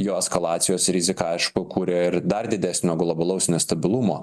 jo eskalacijos rizika aišku kuria ir dar didesnio globalaus nestabilumo